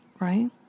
Right